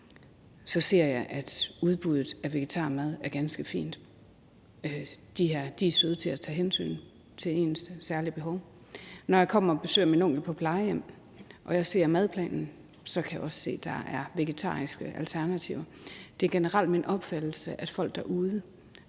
så ser jeg, at udbuddet af vegetarmad er ganske fint. De er søde til at tage hensyn til ens særlige behov. Når jeg kommer og besøger min onkel på plejehjem og jeg ser madplanen, så kan jeg også se, at der er vegetariske alternativer. Det er generelt min opfattelse, at lokaldemokratiet